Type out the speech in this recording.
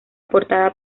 portada